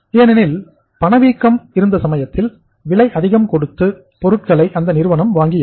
ஏனெனில் பணவீக்கம்இருந்த சமயத்தில் விலை அதிகம் கொடுத்து பொருட்களைஅந்த நிறுவனம் வாங்கி இருக்கும்